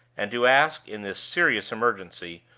and to ask, in this serious emergency,